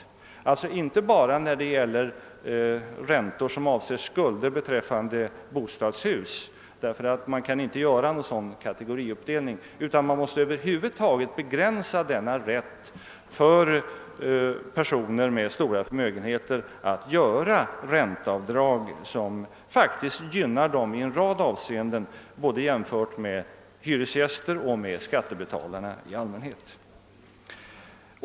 Jag tänker alltså inte bara på räntor som avser skulder för bostadshus — man kan inte göra en sådan kategoriuppdelning — utan man måste över huvud taget begränsa rätten för personer med stora förmögenheter att göra ränteavdrag som faktiskt gynnar dem i en rad avseenden jämfört med både hyresgäster och skattebetalare i allmänhet.